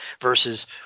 versus